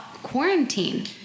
quarantine